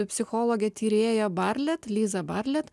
psichologė tyrėja barlet liza barlet